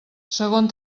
segon